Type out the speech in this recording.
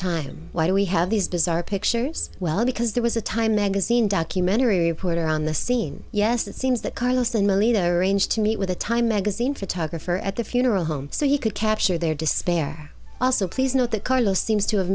time why do we have these bizarre pictures well because there was a time magazine documentary reporter on the scene yes it seems that carlos and molly they're arranged to meet with a time magazine photographer at the funeral home so you could capture their despair also please note that carlos seems to have